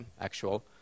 actual